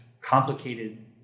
complicated